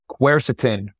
Quercetin